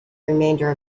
remainder